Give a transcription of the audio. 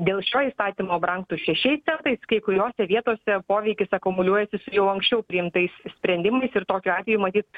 dėl šio įstatymo brangtų šešiais centais kai kuriose vietose poveikis akumuliuojasi su jau anksčiau priimtais sprendimais ir tokiu atveju matyt